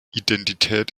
identität